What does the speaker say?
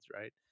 right